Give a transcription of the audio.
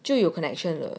就有 connection 了